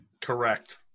Correct